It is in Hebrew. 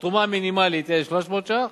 התרומה המינימלית תהיה 300 ש"ח